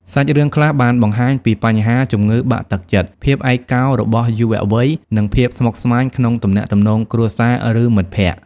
សាច់រឿងខ្លះបានបង្ហាញពី បញ្ហាជំងឺបាក់ទឹកចិត្ត ភាពឯកោរបស់យុវវ័យ និងភាពស្មុគស្មាញក្នុងទំនាក់ទំនងគ្រួសារ ឬមិត្តភក្ដិ។